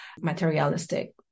materialistic